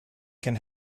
can